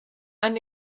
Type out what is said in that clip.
han